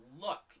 look